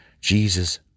Jesus